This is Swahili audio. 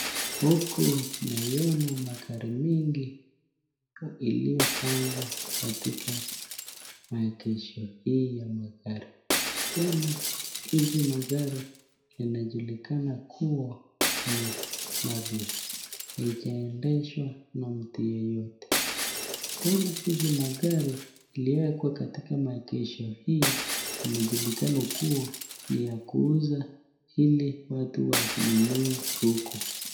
Huku naiona magari mingi iliyopangwa katika maegesho hii ya magari. Tena hizi magari zinajulikana kuwa ni mapya. Haijaendeshwa na mtu yeyote. Tena hizi magari, iliyowekwa katika maegesho hii, inajulikana kuwa ni ya kuuza, ili watu wanunue huku.